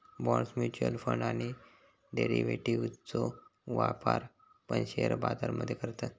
bonds, mutual fund आणि डेरिव्हेटिव्ह्जचो व्यापार पण शेअर बाजार मध्ये करतत